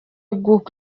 bw’uko